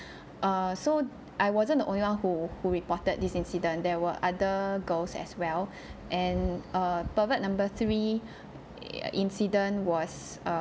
err so I wasn't the only one who who reported this incident there were other girls as well and err pervert number three incident was